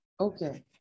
Okay